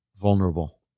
vulnerable